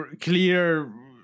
clear